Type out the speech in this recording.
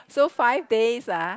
so five days ah